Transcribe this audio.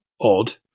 odd